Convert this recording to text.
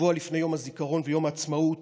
שבוע לפני יום הזיכרון ויום העצמאות,